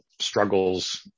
struggles